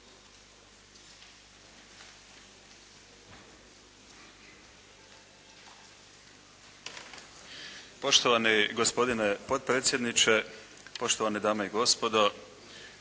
Poštovani gospodine potpredsjedniče, poštovane dame i gospodo,